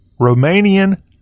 romanian